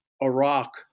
Iraq